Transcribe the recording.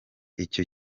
icyo